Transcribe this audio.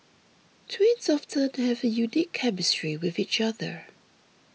twins often have a unique chemistry with each other